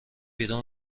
بیرون